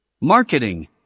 Marketing